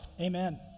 Amen